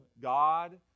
God